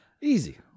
Easy